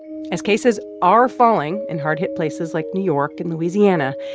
as cases are falling in hard-hit places like new york and louisiana,